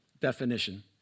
definition